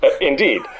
indeed